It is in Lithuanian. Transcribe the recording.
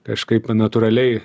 kažkaip na natūraliai